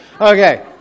Okay